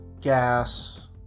gas